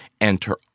enter